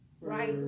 right